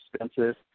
expensive